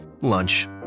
lunch